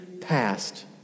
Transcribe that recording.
past